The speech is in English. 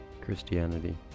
Christianity